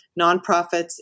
nonprofits